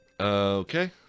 Okay